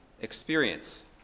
experience